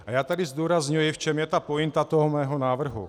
A já tady zdůrazňuji, v čem je ta pointa mého návrhu.